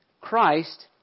Christ